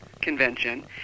convention